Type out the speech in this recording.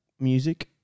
Music